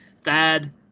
Thad